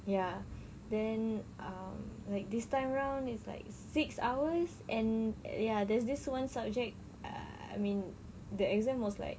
ya then um like this time round it's like six hours and ya there's this one subject I mean the exam was like